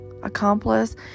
accomplice